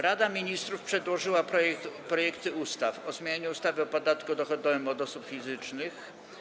Rada Ministrów przedłożyła projekty ustaw: - o zmianie ustawy o podatku dochodowym od osób fizycznych,